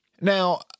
Now